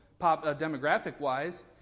demographic-wise